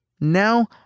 Now